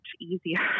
easier